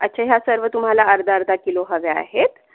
अच्छा ह्या सर्व तुम्हाला अर्धा अर्धा किलो हव्या आहेत